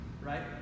right